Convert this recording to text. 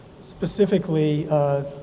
Specifically